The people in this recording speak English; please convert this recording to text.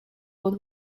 what